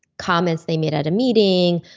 comments they made at a meeting,